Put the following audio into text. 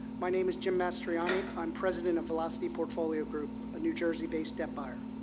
my name is jim mastriani. i'm president of velocity portfolio group, a new jersey-based debt buyer.